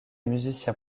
musiciens